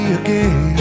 again